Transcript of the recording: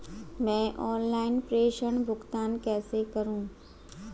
मैं ऑनलाइन प्रेषण भुगतान कैसे करूँ?